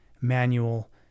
manual